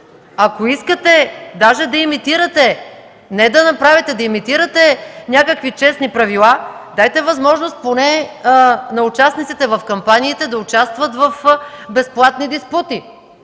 Ако искате дори да имитирате, не да направите, да имитирате някакви честни правила, дайте възможност поне на участниците в кампаниите да участват в безплатни диспути.